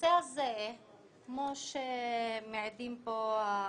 הנושא הזה כמו שמעידים פה האנשים,